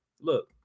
look